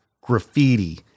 graffiti